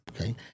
Okay